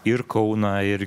ir kauną ir